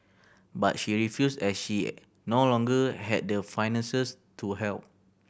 but she refused as she no longer had the finances to help